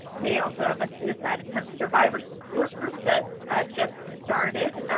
they also have a suicide attempt survivor support group that just started.